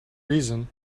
reason